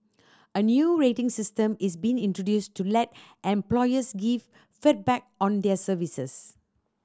a new rating system is being introduced to let employers give feedback on their services